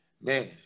man